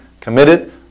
committed